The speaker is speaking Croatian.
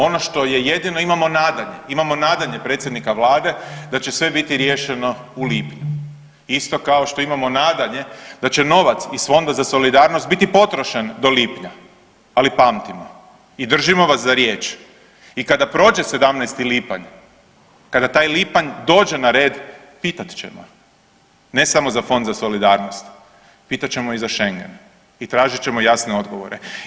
Ono što je jedino imamo nadanje, imamo nadalje predsjednika vlade da će sve biti riješeno u lipnju, isto kao što imamo nadanje da će novac iz Fonda za solidarnost biti potrošen do lipnja, ali pamtimo i držimo vas za riječ i kada prođe 17. lipanj, kada taj lipanj dođe na red pitat ćemo ne samo za Fond za solidarnost, pitat ćemo i za šengen i tražit ćemo jasne odgovore.